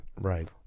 right